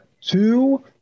two